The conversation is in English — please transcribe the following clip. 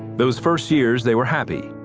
those first years, they were happy.